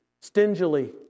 stingily